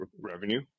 revenue